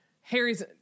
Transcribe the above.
harry's